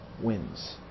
wins